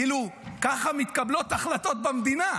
כאילו, ככה מתקבלות החלטות במדינה.